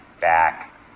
back